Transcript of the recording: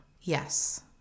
Yes